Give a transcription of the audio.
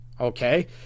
okay